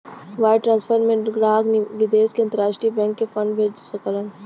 wire transfer में ग्राहक विदेश में अंतरराष्ट्रीय बैंक के फंड भेज सकलन